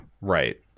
Right